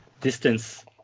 distance